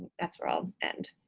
that's where i'll end.